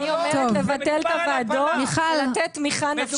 אני אומרת לבטל את הוועדות ולתת תמיכה נפשית וליווי.